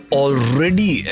already